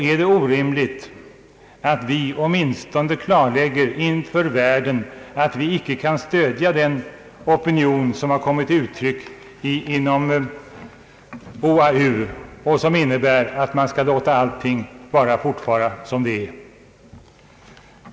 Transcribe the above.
Är det orimligt att vi åtminstone klarlägger inför världen att vi icke kan stödja den opinion som har kommit till uttryck inom OAU och som innebär att man skall låta allting bara fortvara som det är.